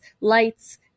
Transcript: lights